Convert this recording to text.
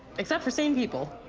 except for sane people.